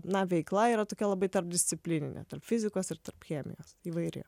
na veikla yra tokia labai tarpdisciplininė tarp fizikos ir tarp chemijos įvairi